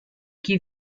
qui